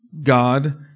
God